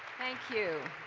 thank you,